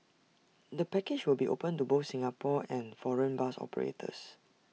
the package will be open to both Singapore and foreign bus operators